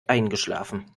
eingeschlafen